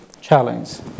challenges